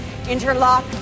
interlock